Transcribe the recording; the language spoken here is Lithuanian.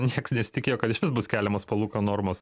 nieks nesitikėjo kad išvis bus keliamos palūkanų normos